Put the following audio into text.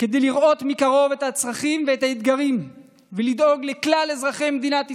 כדי לראות מקרוב את הצרכים ואת האתגרים ולדאוג לכלל אזרחי מדינת ישראל,